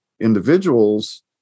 individuals